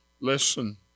Listen